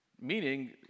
meaning